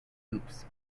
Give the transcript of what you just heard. loops